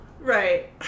Right